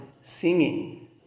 singing